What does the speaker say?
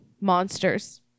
monsters